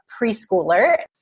preschooler